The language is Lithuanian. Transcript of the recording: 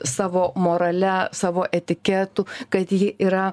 savo morale savo etiketu kad ji yra